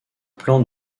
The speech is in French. plan